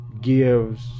gives